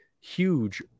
huge